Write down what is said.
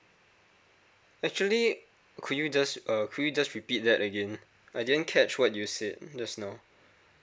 actually could you just uh could you just repeat that again I didn't catch what you said just now